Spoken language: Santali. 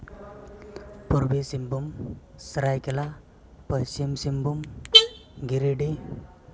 ᱯᱩᱨᱵᱤ ᱥᱤᱝᱵᱷᱩᱢ ᱥᱚᱨᱟᱭᱠᱮᱞᱟ ᱯᱚᱥᱪᱤᱢ ᱥᱤᱝᱵᱷᱩᱢ ᱜᱤᱨᱤᱰᱤ